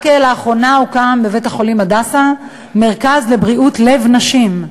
רק לאחרונה הוקם בבית-החולים "הדסה" מרכז לבריאות לב לנשים.